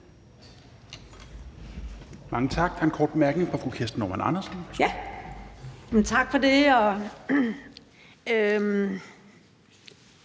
Mange tak.